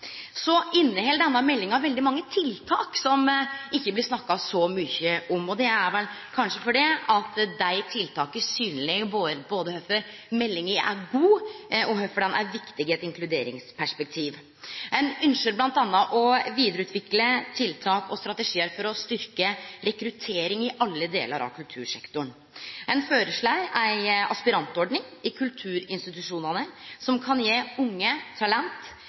Så inneheld denne meldinga veldig mange tiltak, som ikkje blir snakka så mykje om. Det er vel kanskje fordi dei tiltaka synleggjer både kvifor meldinga er god, og kvifor ho er viktig i eit inkluderingsperspektiv. Ein ynskjer bl.a. å vidareutvikle tiltak og strategiar for å styrkje rekruttering i alle delar av kultursektoren. Ein foreslår ei aspirantordning i kulturinstitusjonane, som kan gje unge talent